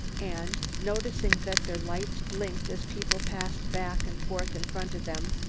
and, noticing that their lights blinked as people passed back and forth in front of them,